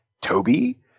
Toby